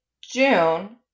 June